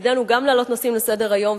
תפקידנו גם להעלות נושאים לסדר-היום,